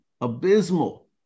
abysmal